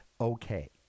okay